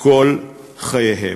כל חייהם.